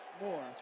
more